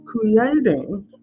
creating